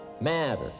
matter